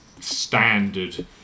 standard